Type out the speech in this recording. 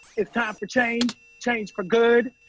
it's time for change. change for good.